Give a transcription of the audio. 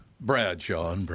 Bradshaw